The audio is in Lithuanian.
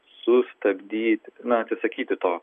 sustabdyti na atsisakyti to